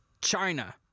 China